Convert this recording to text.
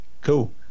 Cool